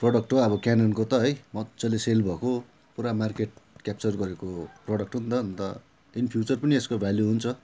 product हो अब क्याननको त है मजाले सेल भएको पुरा मार्केट क्याप्चर गरेको प्रडक्ट हो अन्त अन्त इन फ्युचर पनि यसको त भ्याल्यु हुन्छ